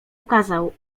ukazał